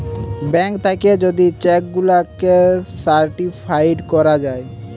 bank থাকে যদি cheque গুলাকে সার্টিফাইড করা যায়